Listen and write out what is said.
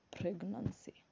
pregnancy